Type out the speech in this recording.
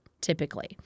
typically